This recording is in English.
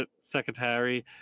secretary